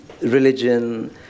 religion